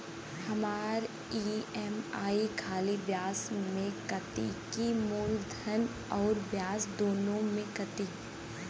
हमार ई.एम.आई खाली ब्याज में कती की मूलधन अउर ब्याज दोनों में से कटी?